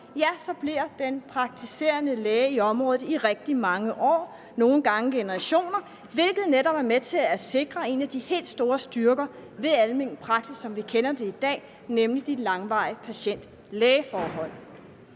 så bliver den praktiserende læge i området i rigtig mange år, nogle gange generationer, hvilket netop er med til at sikre en af de helt store styrker ved almen praksis, som vi kender den i dag, nemlig de langvarige patient-læge-forhold.